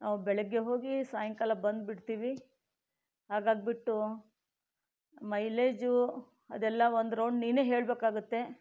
ನಾವು ಬೆಳಗ್ಗೆ ಹೋಗಿ ಸಾಯಂಕಾಲ ಬಂದ್ಬಿಡ್ತೀವಿ ಹಾಗಾಗ್ಬಿಟ್ಟು ಮೈಲೇಜು ಅದೆಲ್ಲ ಒಂದು ರೌಂಡ್ ನೀನೇ ಹೇಳ್ಬೇಕಾಗತ್ತೆ